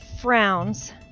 frowns